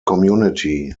community